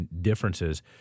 differences